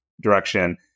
direction